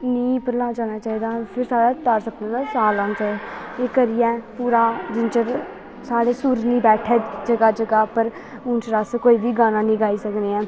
नी उप्पर ला जाना चाहिदा फिर साढा ता सब ते ले सा लाना चाहिदा फ्ही करियै पूरा जिन्ने चिर साढ़े सुर निं बैठे जगह् जगह् पर उ'न्न चिर अस कोई बी गाना निं गाई सकने आं